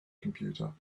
computer